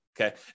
okay